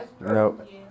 Nope